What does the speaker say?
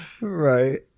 Right